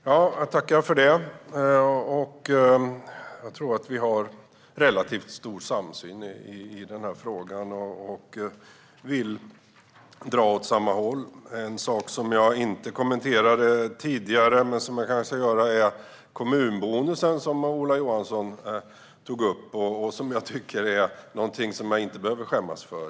Herr talman! Jag tror att vi har relativt stor samsyn i denna fråga och vill dra åt samma håll. En sak som jag inte kommenterade tidigare men som jag kanske ska kommentera är kommunbonusen som Ola Johansson tog upp. Det är någonting som jag inte tycker att jag behöver skämmas för.